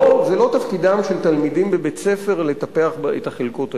זה לא תפקידם של תלמידים בבית-ספר לטפח את החלקות האלה.